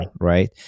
right